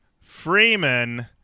Freeman